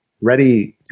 ready